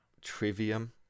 Trivium